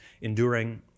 enduring